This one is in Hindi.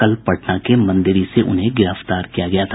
कल पटना के मंदिरी से उन्हें गिरफ्तार किया गया था